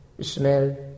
smell